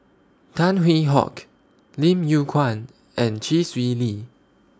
Tan Hwee Hock Lim Yew Kuan and Chee Swee Lee